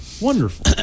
Wonderful